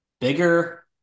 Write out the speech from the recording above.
bigger